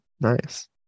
Nice